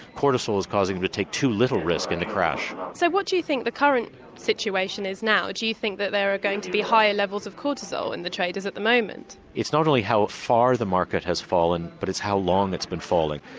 cortisol is causing them to take too little risk in the crash. so what do you think the current situation is now? do you think that there are going to be higher levels of cortisol in the traders at the moment? it's not only how far the market has fallen, but it's how long it's been falling.